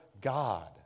God